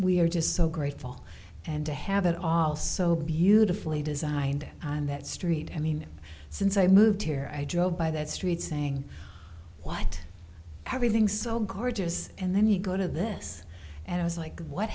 we're just so grateful and to have it all so beautifully designed on that street i mean since i moved here i drove by that street saying what everything so gorgeous and then you go to this and i was like what